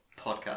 podcast